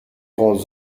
grands